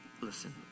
listen